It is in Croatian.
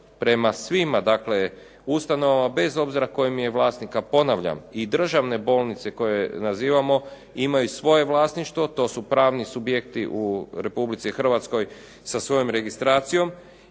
prema svima ustanovama bez obzira tko im je vlasnik, a ponavljam i državne bolnice koje nazivamo imaju svoje vlasništvo. To su pravni subjekti u RH sa svojom registracijom